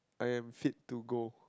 I am fit to go